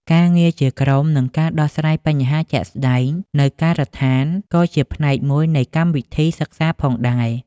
ការងារជាក្រុមនិងការដោះស្រាយបញ្ហាជាក់ស្តែងនៅការដ្ឋានក៏ជាផ្នែកមួយនៃកម្មវិធីសិក្សាផងដែរ។